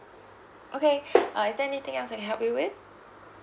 okay uh is there anything else I can help you with